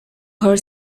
her